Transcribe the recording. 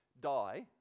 die